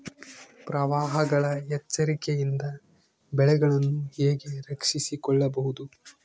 ಪ್ರವಾಹಗಳ ಎಚ್ಚರಿಕೆಯಿಂದ ಬೆಳೆಗಳನ್ನು ಹೇಗೆ ರಕ್ಷಿಸಿಕೊಳ್ಳಬಹುದು?